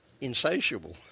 insatiable